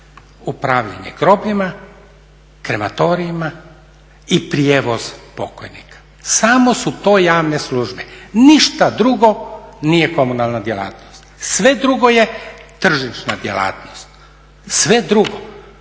upravljanje grobljima, krematorijima i prijevoz pokojnika. Samo su to javne službe, ništa drugo nije komunalna djelatnost. Sve drugo je tržišna djelatnost. Sve drugo.